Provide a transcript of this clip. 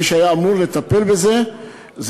מי שהיה אמור לטפל בזה זה